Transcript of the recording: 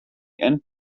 end